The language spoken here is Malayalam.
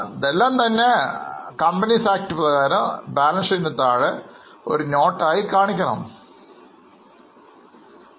ഇതെല്ലാം തന്നെ അവർ നോട്ട്സ് ആയി കമ്പനി ആക്ട് പ്രകാരം കാണിക്കേണ്ടതാണ്